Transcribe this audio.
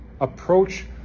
approach